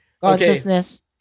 consciousness